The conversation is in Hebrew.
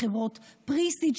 מחברות pre-seed,